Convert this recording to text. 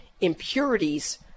impurities